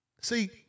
See